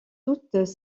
toutes